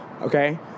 okay